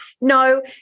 no